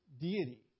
deity